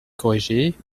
corriger